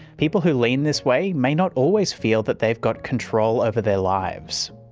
people who lean this way may not always feel that they've got control over their lives.